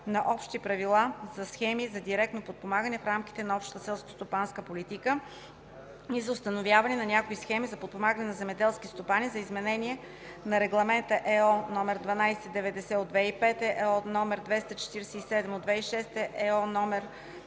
на общи правила за схеми за директно подпомагане в рамките на Общата селскостопанска политика и за установяване на някои схеми за подпомагане на земеделски стопани, за изменение на регламенти (ЕО) № 1290/2005, (ЕО) № 247/2006, (ЕО)